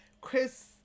Chris